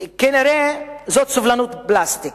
נראה שזו סובלנות מפלסטיק,